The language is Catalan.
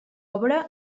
obra